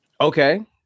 Okay